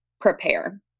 prepare